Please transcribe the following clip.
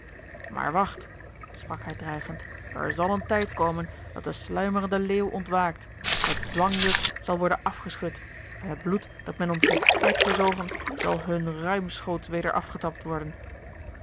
maar wacht sprak hij dreigend er zal een tijd komen dat de sluimerende leeuw ontwaakt het dwangjuk zal worden afgeschud en het bloed dat men ons heeft uitgezogen zal hun ruimschoots weder afgetapt worden